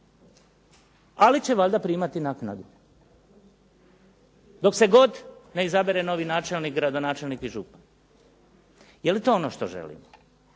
ali će valjda primati naknadu dok se god ne izabere novi načelnik, gradonačelnik i župan. Je li to ono što želimo?